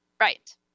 Right